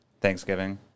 Thanksgiving